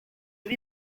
iba